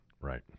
Right